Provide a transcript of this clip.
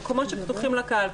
המקומות שפתוחים לקהל,